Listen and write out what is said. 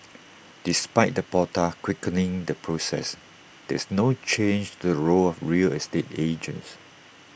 despite the portal quickening the process there's no change to the role of real estate agents